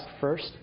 first